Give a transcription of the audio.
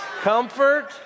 Comfort